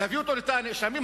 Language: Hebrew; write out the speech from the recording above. להביא אותו לתא הנאשמים.